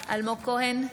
אלמוג כהן,